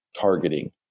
targeting